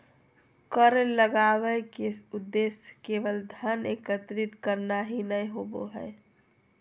कर लगावय के उद्देश्य केवल धन एकत्र करना ही नय होबो हइ